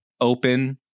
open